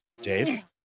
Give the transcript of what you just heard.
Dave